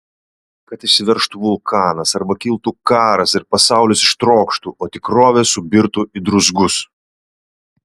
kad išsiveržtų vulkanas arba kiltų karas ir pasaulis ištrokštų o tikrovė subirtų į druzgus